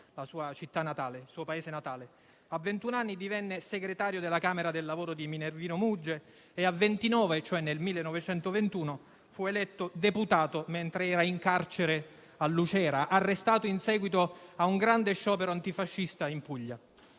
la sua città natale. A ventuno anni divenne segretario della camera del lavoro di Minervino Murge e a ventinove, cioè nel 1921, fu eletto deputato mentre era in carcere a Lucera (era stato arrestato in seguito a un grande sciopero antifascista in Puglia).